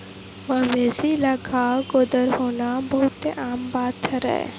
मवेशी ल घांव गोदर होना बहुते आम बात हरय